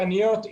עניות,